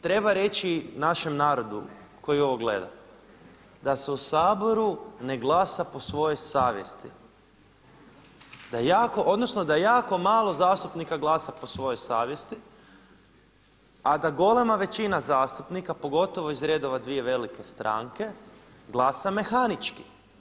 Treba reći našem narodu koji ovo gleda da se u Saboru ne glasa po svojoj savjesti, odnosno da jako malo zastupnika glasa po svojoj savjesti a da golema većina zastupnika pogotovo iz redova dvije velike stranke glasa mehanički.